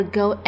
go